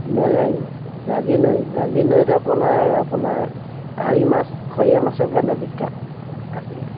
মেলেং জাঁজি নৈ জাঁজি নৈত আপোনাৰ আপোনাৰ আৰি মাছ খৰিয়া মাছৰ কাৰণে বিখ্যাত আছিলে